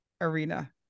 arena